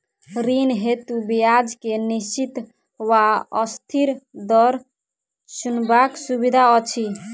ऋण हेतु ब्याज केँ निश्चित वा अस्थिर दर चुनबाक सुविधा अछि